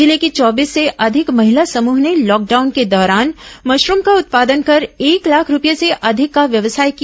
जिले की चौबीस से अधिक महिला समूह ने लॉकडाउन के दौरान मशरूम का उत्पादन कर एक लाख रूपये से अधिक का व्यवसाय किया